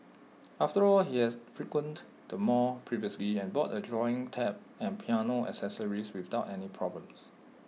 after all he had frequented the mall previously and bought A drawing tab and piano accessories without any problems